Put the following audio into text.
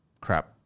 crap